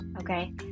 okay